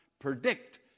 predict